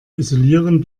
isolieren